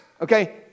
okay